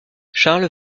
charles